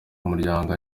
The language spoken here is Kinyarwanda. umuryango